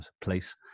Place